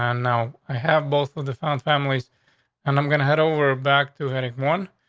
and now, i have both of the found families and i'm gonna head over back to heading one,